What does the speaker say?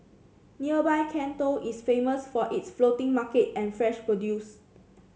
nearby Can Tho is famous for its floating market and fresh produce